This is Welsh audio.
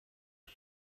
ots